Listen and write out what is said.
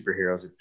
superheroes